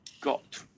got